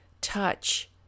touch